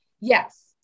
yes